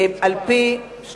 על-פי איזו תשובה?